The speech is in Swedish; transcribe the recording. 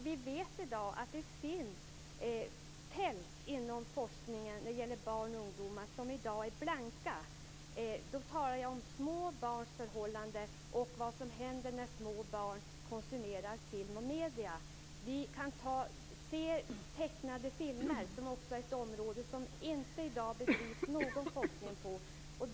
Vi vet att det finns fält inom forskningen när det gäller barn och ungdomar som i dag är blanka. Då talar jag om små barns förhållanden och om vad som händer när små barn konsumerar film och medier. Vi kan ta tecknade filmer som exempel, som är ett område som det i dag inte bedrivs någon forskning på.